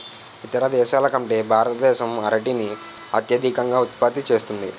ఇతర దేశాల కంటే భారతదేశం అరటిని అత్యధికంగా ఉత్పత్తి చేస్తుంది